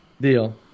Deal